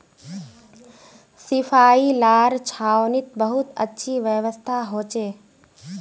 सिपाहि लार छावनीत बहुत अच्छी व्यवस्था हो छे